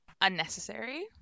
unnecessary